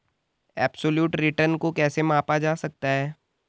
Absolute return को कैसे मापा जा सकता है?